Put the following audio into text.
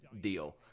deal